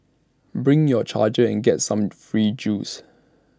bring your charger and get some free juice